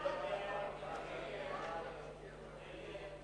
ההצעה להסיר מסדר-היום